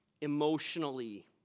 emotionally